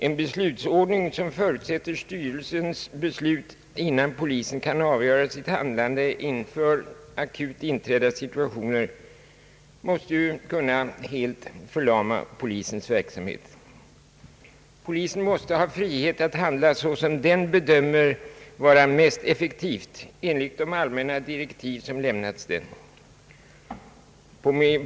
En beslutsordning som förutsätter styrelsens beslut innan polisen kan avgöra sitt handlande inför akut inträdda situationer måste ju kunna helt förlama polisens verksamhet, Polisen måste ha frihet att handla så som den bedömer vara mest effektivt och enligt de allmänna direktiv som lämnats den.